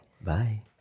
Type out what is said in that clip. bye